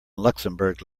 luxembourg